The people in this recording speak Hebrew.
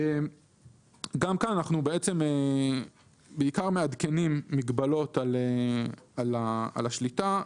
אנחנו בעיקר מעדכנים מגבלות על השליטה,